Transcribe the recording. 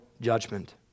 judgment